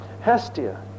Hestia